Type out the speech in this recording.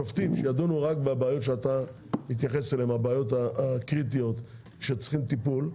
לא לשים שופטים שידונו רק בבעיות הקריטיות שצריכות טיפול.